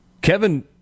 Kevin